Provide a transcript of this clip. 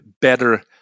better